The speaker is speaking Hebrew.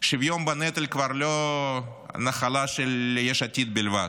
שוויון בנטל הוא כבר לא נחלה של יש עתיד בלבד,